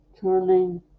turning